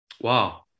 Wow